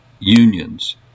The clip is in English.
unions